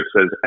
says